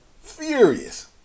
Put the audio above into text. Furious